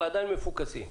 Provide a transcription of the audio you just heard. אבל עדיין מפוקסים.